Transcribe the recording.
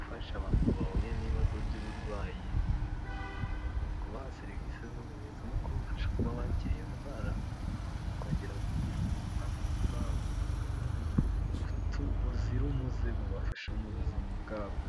ufasha abantu bahuye n'ibibazo by'uburwayi mu kubaha serivisi z'ubuvuzi no kubafasha kuba bakira iyo ndwara kongera kugira ubuzimatu buzira umuze bubafasha mu buzima bwabo.